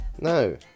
No